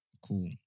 Cool